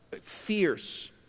fierce